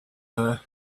her